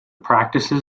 practices